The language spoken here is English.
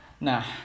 Nah